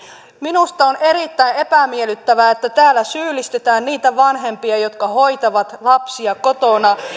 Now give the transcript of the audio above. minusta on erittäin epämiellyttävää että täällä syyllistetään niitä vanhempia jotka hoitavat lapsia kotona